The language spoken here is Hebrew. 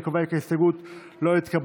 אני קובע כי ההסתייגות לא התקבלה.